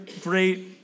great